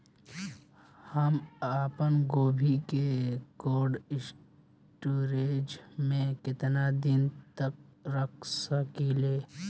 हम आपनगोभि के कोल्ड स्टोरेजऽ में केतना दिन तक रख सकिले?